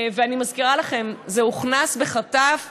ואני מזכירה לכם, זה הוכנס בחטף ב-2013,